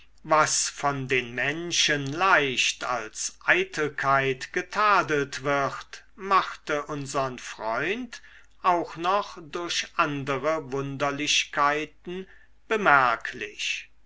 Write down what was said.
was von den menschen leicht als eitelkeit getadelt wird machte unsern freund auch noch durch andere wunderlichkeiten bemerklich